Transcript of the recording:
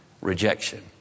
Rejection